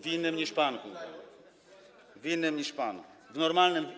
W innym niż pan, w innym niż pan, w normalnym.